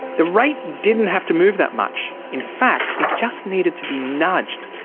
the rate didn't have to move that much. in fact it just needed to be nudged,